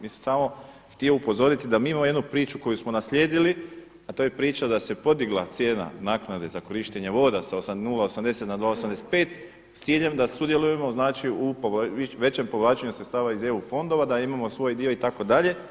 Mislim ja sam samo htio upozoriti da mi imamo jednu priču koju smo naslijedili, a to je priča da se podigla cijena naknade za korištenje voda s 0,80 na 2,85, s ciljem da sudjelujemo znači u većem povlačenju sredstava iz EU fondova, da imamo svoj dio itd.